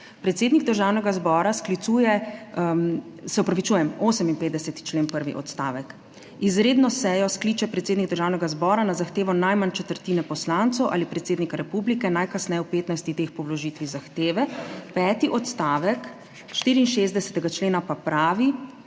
predsednik Državnega zbora sklicuje, se opravičujem, 58. člen, prvi odstavek: Izredno sejo skliče predsednik Državnega zbora na zahtevo najmanj četrtine poslancev ali predsednika republike najkasneje v 15 dneh po vložitvi zahteve. Peti odstavek 64. člena pa pravi: